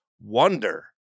wonder